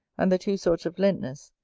and the two sorts of lentners,